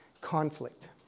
conflict